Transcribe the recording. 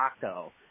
taco